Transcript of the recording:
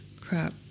Crap